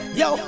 yo